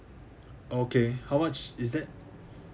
okay how much is that